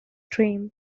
dream